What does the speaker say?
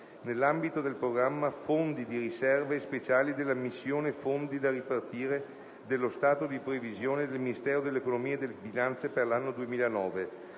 nell'ambito del programma "Fondi di riserva e speciali" della missione "Fondi da ripartire" dello stato di previsione del Ministero dell'economia e delle finanze per l'anno 2009,